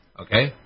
okay